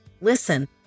Listen